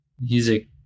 Music